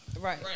Right